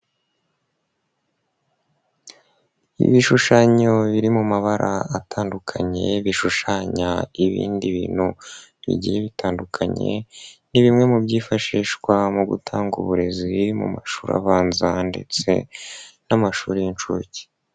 Ibishushanyo biri mu mabara atandukanye bishushanya ibindi bintu bigiye bitandukanye, ni bimwe mu byifashishwa mu gutanga uburezi mu mashuri abanza ndetse n'amashuri y'inshuke.